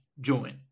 join